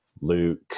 luke